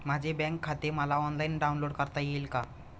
माझे बँक खाते मला ऑनलाईन डाउनलोड करता येईल का?